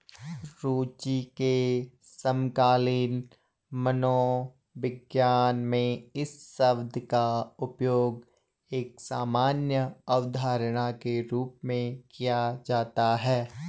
रूचि के समकालीन मनोविज्ञान में इस शब्द का उपयोग एक सामान्य अवधारणा के रूप में किया जाता है